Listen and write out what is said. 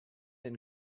and